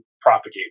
propagate